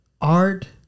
art